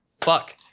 fuck